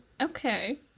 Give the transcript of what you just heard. Okay